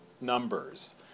numbers